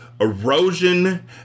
erosion